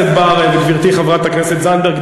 חבר הכנסת בר וגברתי חברת הכנסת זנדברג,